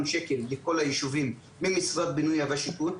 שקל לכל הישובים ממשרד הבינוי והשיכון,